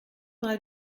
mal